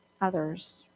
others